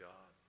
God